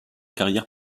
carrière